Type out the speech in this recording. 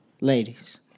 Ladies